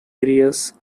areas